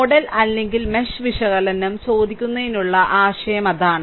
nodal അല്ലെങ്കിൽ mesh വിശകലനം ചോദിക്കുന്നതിനുള്ള ആശയം അതാണ്